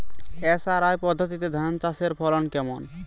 SRI পদ্ধতিতে ধান চাষের ফলন কেমন?